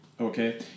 okay